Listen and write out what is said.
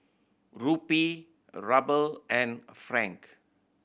Rupee Ruble and Franc